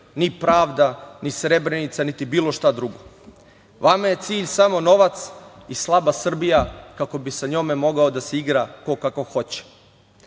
ni pravda ni Srebrenica, niti bilo šta drugo, vama je cilj samo novac i slaba Srbija kako bi sa njome mogao da se igra ko kako hoće.